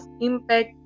impact